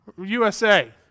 USA